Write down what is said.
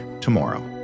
tomorrow